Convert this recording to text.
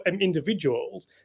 individuals